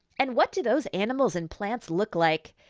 and what do those animals and plants look like?